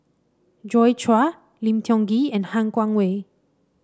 Joi Chua Lim Tiong Ghee and Han Guangwei